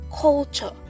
culture